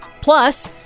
Plus